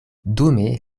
dume